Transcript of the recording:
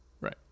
Right